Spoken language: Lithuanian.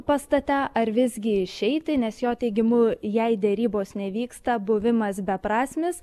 pastate ar visgi išeiti nes jo teigimu jei derybos nevyksta buvimas beprasmis